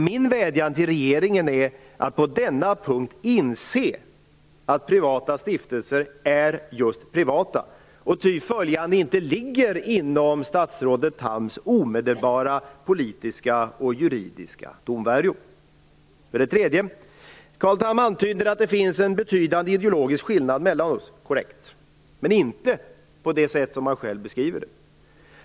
Min vädjan till regeringen är att på denna punkt inse att privata stiftelser är just privata, och ty följande inte ligger inom statsrådet Thams omedelbara politiska och juridiska domvärjo. Carl Tham antyder att det finns en betydande ideologisk skillnad mellan oss. Det är korrekt. Men inte på det sätt som han själv beskriver det.